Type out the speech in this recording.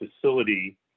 facility